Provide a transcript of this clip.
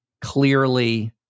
clearly